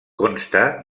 consta